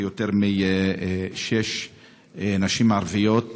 ויותר משש נשים ערביות,